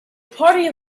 party